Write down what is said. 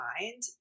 mind